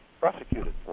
prosecuted